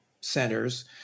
centers